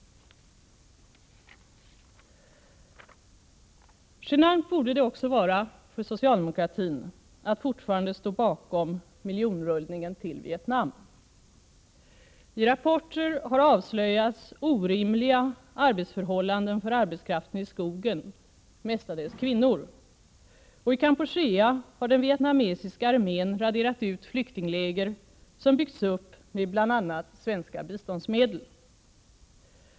Genant borde det också vara för socialdemokratin att fortfarande stå bakom miljonrullningen till Vietnam. I rapporter har avslöjats orimliga arbetsförhållanden för arbetskraften i skogen, mestadels kvinnor, och i Kampuchea har den vietnamesiska armén raderat ut flyktingläger som byggts upp med bl.a. svenska biståndsmedel.